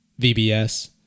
VBS